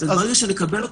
ברגע שנקבל אותה,